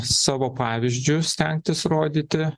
savo pavyzdžiu stengtis rodyti